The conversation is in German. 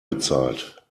bezahlt